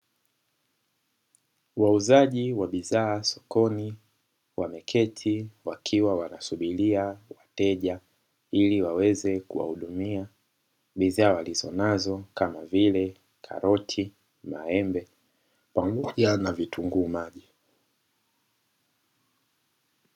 Wauzaji wa bidhaa sokoni wameketi wakiwa wanasubiria wateja ili waweze kuwahudumia, bidhaa walizonazo kama vile: karoti, maembe pamoja na vitunguu maji.